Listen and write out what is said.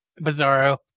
Bizarro